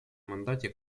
мандате